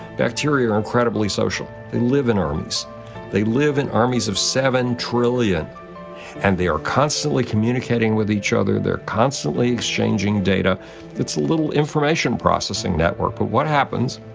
bacteria are incredibly social they live in armies they live in armies of seven trillion and they are constantly communicating with each other, they are constantly exchanging data it's a little information processing network, but what happens.